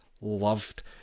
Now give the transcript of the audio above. loved